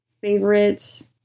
favorite